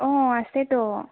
অ আছেতো